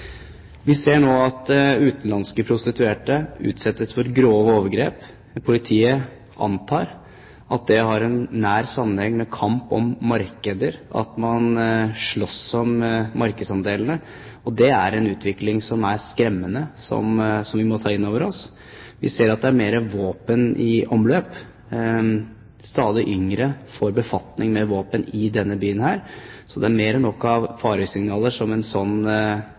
Vi ser nå at utenlandske prostituerte utsettes for grove overgrep. Politiet antar at det har en nær sammenheng med kamp om markeder, at man slåss om markedsandelene. Det er en utvikling som er skremmende, og som vi må ta inn over oss. Vi ser at det er mer våpen i omløp. Stadig yngre får befatning med våpen i denne byen. Det er mer enn nok av faresignaler som en